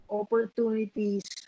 opportunities